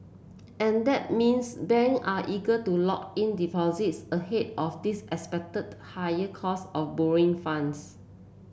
and that means bank are eager to lock in deposits ahead of this expected higher cost of borrowing funds